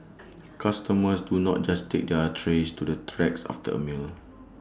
customers do not just take their trays to the racks after A meal